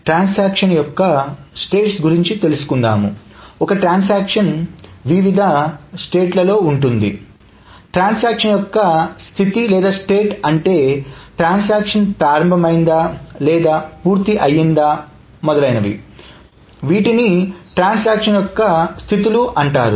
transaction యొక్క స్థితి అంటే ట్రాన్సాక్షన్ ప్రారంభమైందా లేదా పూర్తి అయిందా మొదలైనవి వీటిని ట్రాన్సాక్షన్ యొక్క స్థితులు అంటారు